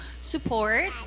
support